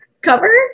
cover